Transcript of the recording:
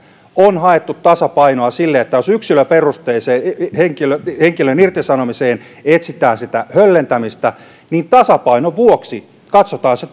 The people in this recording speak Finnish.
on haettu tasapainoa siinä että jos yksilöperusteiseen henkilön henkilön irtisanomiseen etsitään sitä höllentämistä niin tasapainon vuoksi katsotaan se